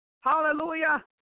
hallelujah